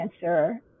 cancer